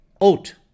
Oat